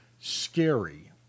Scary